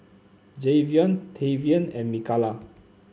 Javion Tavian and Mikalah